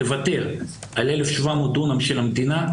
תוותר על 1,700 דונם של המדינה,